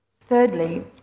Thirdly